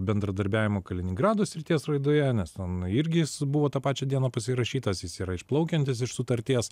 bendradarbiavimo kaliningrado srities raidoje nes ten irgi jis buvo tą pačią dieną pasirašytas jis yra išplaukiantis iš sutarties